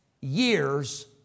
years